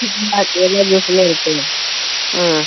எல்லா ஜூஸ்ஸுமே இருக்குது மேம் ஆ